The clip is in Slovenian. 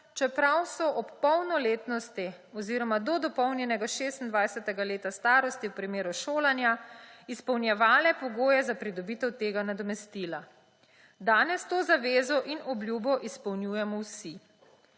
čeprav so ob polnoletnosti oziroma do dopolnjenega 26. leta starosti v primeru šolanja izpolnjevale pogoje za pridobitev tega nadomestila. Danes to zavezo in obljubo izpolnjujemo vsi.